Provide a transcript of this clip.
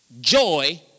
joy